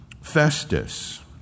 Festus